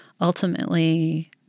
ultimately